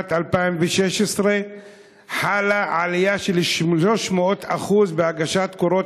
שבשנת 2016 חלה עלייה של 300% בהגשת קורות